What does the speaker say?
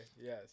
Yes